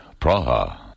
Praha